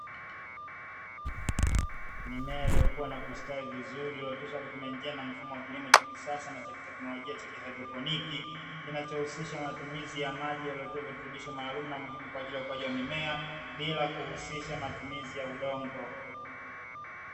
Mimea iliyokua na kustawi vizuri iliyooteshwa kwa kutumia njia na mfumo wa kilimo cha kisasa na Cha kihaidroponiki, kinachohusisha matumizi ya maji yaletayo virutubisho maalumu na muhimu kwa ajili ya ukuaji wa mimea bila kuhusisha matumizi ya udongo.